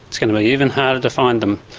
it's going to be even harder to find them,